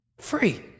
Free